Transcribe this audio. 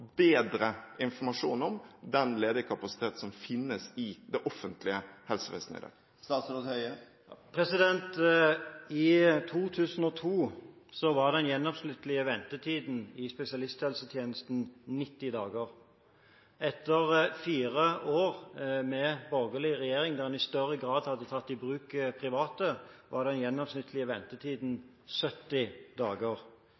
bedre informasjon om den ledige kapasitet som finnes i det offentlige helsevesenet i dag? I 2002 var den gjennomsnittlige ventetiden i spesialisthelsetjenesten 90 dager. Etter fire år med borgerlig regjering, der en i større grad hadde tatt i bruk private, var den gjennomsnittlige